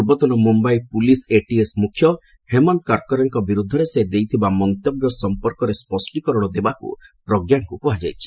ପୂର୍ବତନ Mumbai police ATS ମୁଖ୍ୟ ହେମନ୍ତ କର୍କରେଙ୍କ ବିରୁଦ୍ଧରେ ସେ ଦେଇଥିବା ମନ୍ତବ୍ୟ ସମ୍ପର୍କରେ ସ୍କଷ୍ଟୀକରଣ ଦେବାକୁ ପ୍ରଜ୍ଞାକୁ କୁହାଯାଇଛି